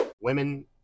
Women